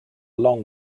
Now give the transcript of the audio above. long